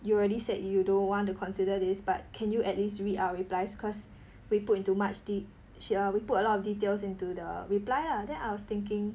you already said you don't want to consider this but can you at least read our reply cause we put into much de~ err we put a lot of details into the reply lah then I was thinking